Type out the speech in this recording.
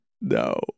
No